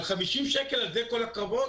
על 50 שקל כל הקרבות?